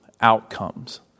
outcomes